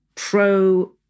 Pro